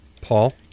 Paul